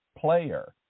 player